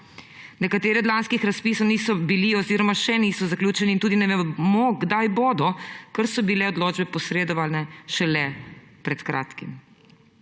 Nekateri od lanskih razpisov niso bili oziroma še niso zaključeni in tudi ne vemo, kdaj bodo, ker so bile odločbe posredovane šele pred kratkim.